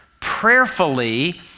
prayerfully